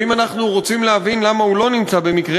ואם אנחנו רוצים להבין למה הוא לא נמצא במקרה,